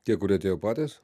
tie kurie atėjo patys